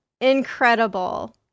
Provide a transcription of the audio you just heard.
incredible